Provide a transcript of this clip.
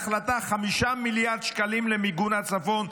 החלטה על 5 מיליארד שקלים למיגון הצפון,